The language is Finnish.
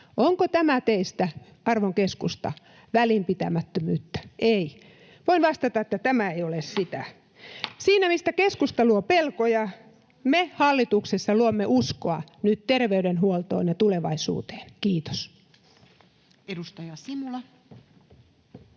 Onko tämä teistä, arvon keskusta, välinpitämättömyyttä? Ei. Voin vastata, että tämä ei ole sitä. Siinä, missä keskusta luo pelkoja, me hallituksessa luomme nyt uskoa terveydenhuoltoon ja tulevaisuuteen. — Kiitos.